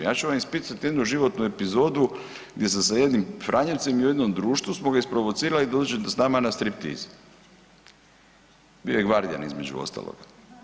Ja ću vam ispričat jednu životnu epizodu gdje sam sa jednim franjevcem i u jednom društvu smo ga isprovocirali da uđe s nama na striptiz, bio je gvardijan između ostalog.